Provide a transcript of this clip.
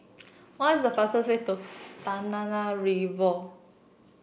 what the fastest way to